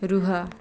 ରୁହ